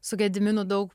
su gediminu daug